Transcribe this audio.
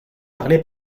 parlé